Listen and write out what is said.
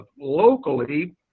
locally